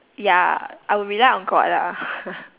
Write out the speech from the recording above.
ya I will rely on god lah